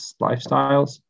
lifestyles